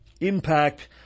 impact